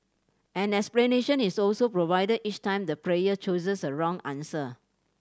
an explanation is also provided each time the player chooses a wrong answer